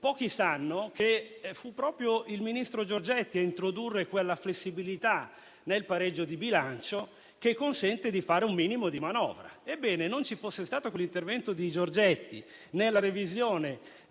pochi sanno che fu proprio il ministro Giorgetti a introdurre quella flessibilità nel pareggio di bilancio che consente di fare un minimo di manovra. Ebbene, se non ci fosse stato quell'intervento del ministro Giorgetti nella revisione